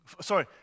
sorry